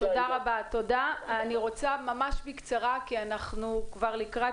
אני רוצה ממש בקצרה כי אנחנו לקראת